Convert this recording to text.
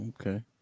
okay